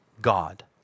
God